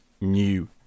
new